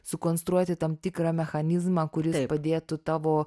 sukonstruoti tam tikrą mechanizmą kuris padėtų tavo